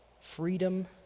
freedom